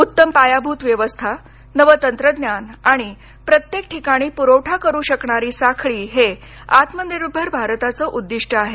उत्तम पायाभूत व्यवस्था नवं तंत्रज्ञान आणि प्रत्येक ठिकाणी पुरवठा करू शकणारी साखळी ही आत्मनिर्भर भारताचं उद्दिष्ट आहे